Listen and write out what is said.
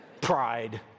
Pride